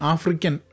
African